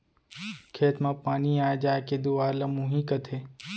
खेत म पानी आय जाय के दुवार ल मुंही कथें